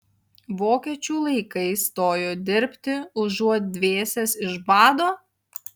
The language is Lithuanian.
vokiečių laikais stojo dirbti užuot dvėsęs iš bado